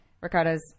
Ricardo's